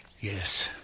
Yes